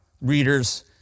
readers